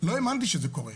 לא האמנתי שזה קורה.